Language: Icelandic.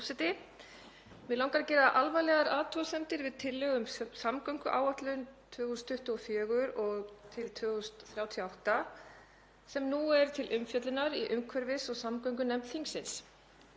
Mig langar að gera alvarlegar athugasemdir við tillögu um samgönguáætlun 2024–2038 sem nú er til umfjöllunar í umhverfis- og samgöngunefnd þingsins